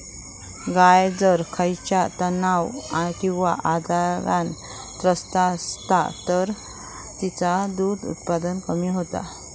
गाय जर खयच्या तणाव किंवा आजारान त्रस्त असात तर तिचा दुध उत्पादन कमी होता